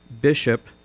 Bishop